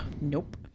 nope